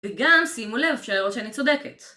וגם שימו לב שהערות שאני צודקת